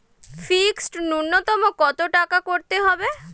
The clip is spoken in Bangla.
ফিক্সড নুন্যতম কত টাকা করতে হবে?